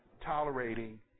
tolerating